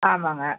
ஆமாங்க